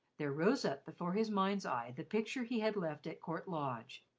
there rose up before his mind's eye the picture he had left at court lodge,